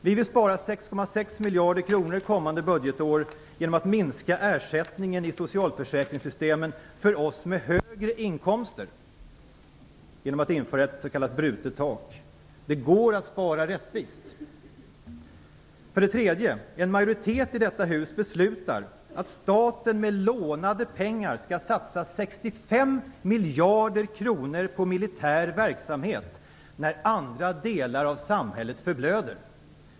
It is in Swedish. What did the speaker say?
Vi vill spara 6,6 miljarder kronor kommande budgetår genom att minska ersättningen i socialförsäkringssystemen för oss med högre inkomster. Det vill vi göra genom att införa ett s.k. brutet tak. Det går att spara rättvist. För det tredje: En majoritet i detta hus beslutar att staten med lånade pengar skall satsa 65 miljarder kronor på militär verksamhet när andra delar av samhället förblöder.